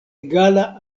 egala